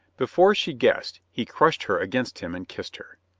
before she guessed, he crushed her against him and kissed her.